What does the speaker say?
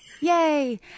Yay